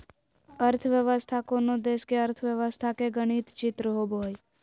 अर्थव्यवस्था कोनो देश के अर्थव्यवस्था के गणित चित्र होबो हइ